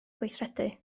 gweithredu